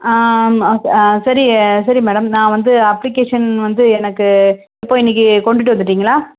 சரி சரி மேடம் நான் வந்து அப்ளிகேஷன் வந்து எனக்கு இப்போது இன்றைக்கி கொண்டுட்டு வந்துட்டிங்களா